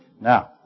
Now